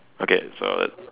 okay so